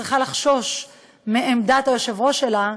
וצריכה לחשוש מעמדת היושב-ראש שלה,